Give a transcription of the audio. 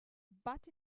but